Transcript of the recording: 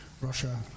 Russia